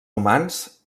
humans